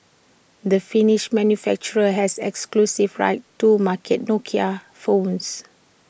the finnish manufacturer has exclusive rights to market Nokia's phones